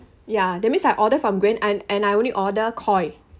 ya that means I order from grain and and I only order koi